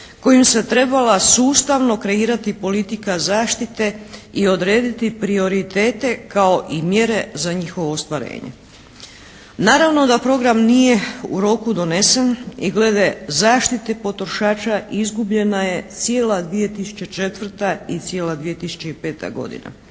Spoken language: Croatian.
kojim se trebala sustavno kreirati politika zaštite i odrediti prioritete kao i mjere za njihovo ostvarenje. Naravno da program nije u roku donesen i glede zaštite potrošača izgubljena je cijela 2004. i cijela 2005. godina.